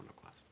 class